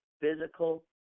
physical